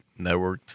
networked